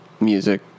music